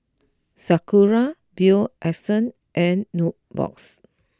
Sakura Bio Essence and Nubox